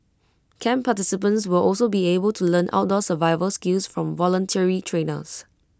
camp participants will also be able to learn outdoor survival skills from voluntary trainers